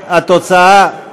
בטעות הצבעתי פה.